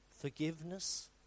forgiveness